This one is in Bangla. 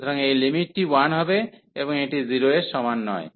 সুতরাং এই লিমিটটি 1 হবে এবং এটি 0 এর সমান নয়